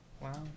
Wow